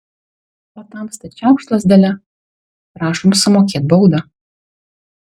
o tamsta čiaukšt lazdele prašom sumokėt baudą